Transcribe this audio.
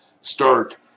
start